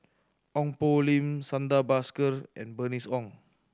Ong Poh Lim Santha Bhaskar and Bernice Ong